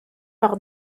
par